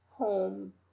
home